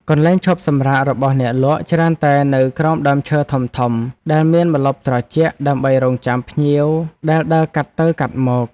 កន្លែងឈប់សម្រាករបស់អ្នកលក់ច្រើនតែនៅក្រោមដើមឈើធំៗដែលមានម្លប់ត្រជាក់ ដើម្បីរង់ចាំភ្ញៀវដែលដើរកាត់ទៅកាត់មក។